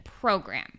Program